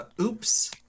Oops